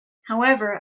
however